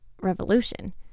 revolution